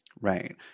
Right